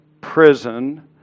prison